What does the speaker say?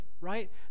right